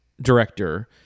director